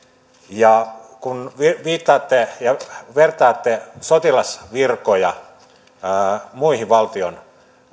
ja kun viittaatte ja vertaatte sotilasvirkoja muihin valtion